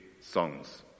songs